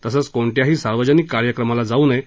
तसंच कोणत्याही सार्वजनिक कार्यक्रमाला जाऊ नये